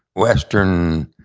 western,